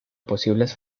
posibles